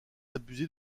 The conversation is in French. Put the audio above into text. abuser